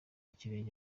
ikirenge